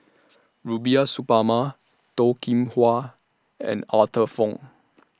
Rubiah Suparman Toh Kim Hwa and Arthur Fong